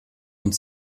und